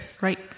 right